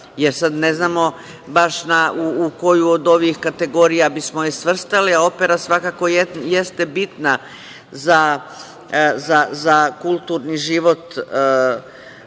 sad, ne znamo baš u koju od ovih kategorija bismo je svrstali, a opera svakako jeste bitna za kulturni život